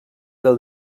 del